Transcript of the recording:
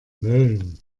mölln